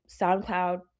SoundCloud